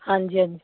ਹਾਂਜੀ ਹਾਂਜੀ